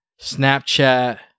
Snapchat